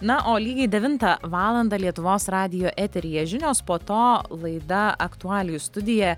na o lygiai devintą valandą lietuvos radijo eteryje žinios po to laida aktualijų studija